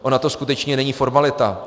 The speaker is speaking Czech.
Ona to skutečně není formalita.